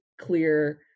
clear